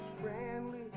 friendly